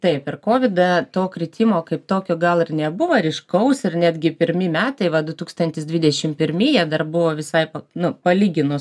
taip ir kovidą to kritimo kaip tokio gal ir nebuvo ryškaus ir netgi pirmi metai va du tūkstantis dvidešim pirmi jie dar buvo visai nu palyginus